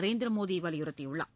நரேந்திர மோடி வலியுறுத்தியுள்ளார்